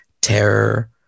terror